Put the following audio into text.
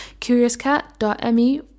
Curiouscat.me